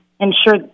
ensure